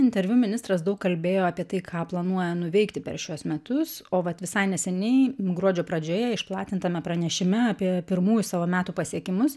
interviu ministras daug kalbėjo apie tai ką planuoja nuveikti per šiuos metus o vat visai neseniai gruodžio pradžioje išplatintame pranešime apie pirmųjų savo metų pasiekimus